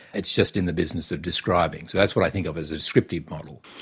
it's just in the business of describing. so that's what i think of as a descriptive model.